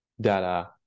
data